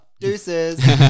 Deuces